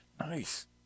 nice